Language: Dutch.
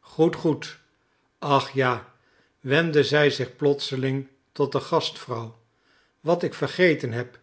goed goed ach ja wendde zij zich plotseling tot de gastvrouw wat ik vergeten heb